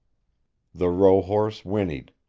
the rohorse whinnied.